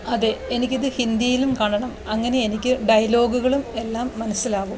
അതെ എനിക്കിത് ഹിന്ദിയിലും കാണണം അങ്ങനെ എനിക്ക് ഡയലോഗുകളും എല്ലാം മനസ്സിലാവും